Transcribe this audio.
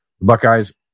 Buckeyes